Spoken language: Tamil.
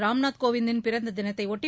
ராம்நாத் கோவிந்த்தின் பிறந்த தினத்தையொட்டி